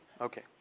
Okay